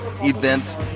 events